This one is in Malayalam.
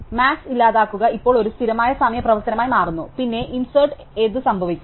അതിനാൽ മാക്സ് ഇല്ലാതാക്കുക ഇപ്പോൾ ഒരു സ്ഥിരമായ സമയ പ്രവർത്തനമായി മാറുന്നു പിന്നെ ഇൻസേർട് എന്ത് സംഭവിക്കും